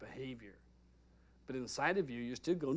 behavior but inside of you used to go